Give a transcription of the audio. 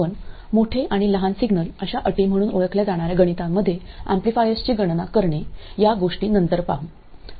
आपण मोठे आणि लहान सिग्नल अशा अटी म्हणून ओळखल्या जाणार्या गणितांमध्ये एम्प्लीफायर्सची गणना करणे या गोष्टी नंतर पाहू